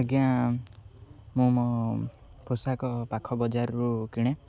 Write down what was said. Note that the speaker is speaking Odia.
ଆଜ୍ଞା ମୁଁ ମୋ ପୋଷାକ ପାଖ ବଜାରରୁ କିଣେ